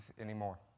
anymore